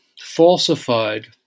falsified